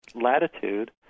latitude